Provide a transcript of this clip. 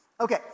Okay